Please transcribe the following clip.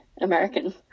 American